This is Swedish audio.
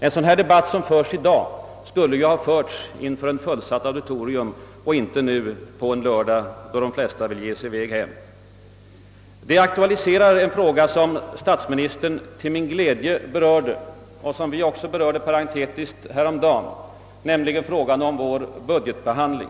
En debatt som den i dag skulle ha hållits inför ett fulltaligt auditorium och inte på en lördag, då de flesta givit sig i väg hem. Detta aktualiserar en fråga som statsministern till min glädje tog upp och som vi parentetiskt berörde häromdagen, nämligen frågan om vår budgetbehandling.